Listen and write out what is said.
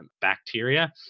bacteria